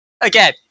Again